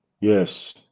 Yes